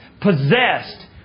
possessed